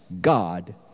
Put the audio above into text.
God